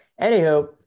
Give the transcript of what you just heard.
Anywho